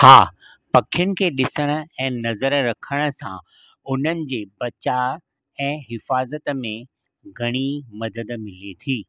हा पखियुनि खे ॾिसणु ऐं नज़र रखण सां हुननि जे बचाव ऐं हिफ़ाज़त में घणी मदद मिले थी